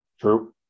True